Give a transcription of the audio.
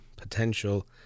potential